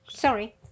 Sorry